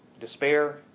Despair